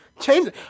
Change